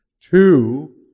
two